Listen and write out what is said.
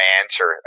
answer